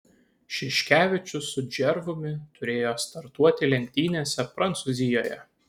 šiškevičius su džervumi turėjo startuoti lenktynėse prancūzijoje